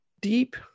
deep